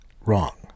wrong